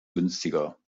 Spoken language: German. günstiger